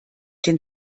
den